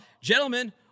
Gentlemen